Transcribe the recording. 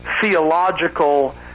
theological